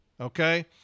okay